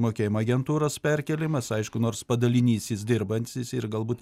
mokėjimo agentūros perkėlimas aišku nors padalinys jis dirbantis jis yr galbūt